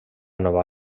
nova